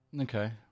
Okay